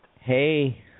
Hey